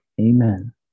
Amen